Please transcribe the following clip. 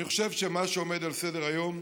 אני חושב שמה שעומד על סדר-היום,